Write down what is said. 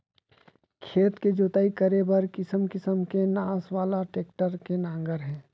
खेत के जोतई करे बर किसम किसम के नास वाला टेक्टर के नांगर हे